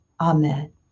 Amen